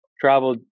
traveled